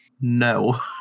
no